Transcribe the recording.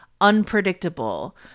Unpredictable